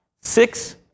Six